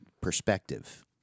perspective